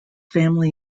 family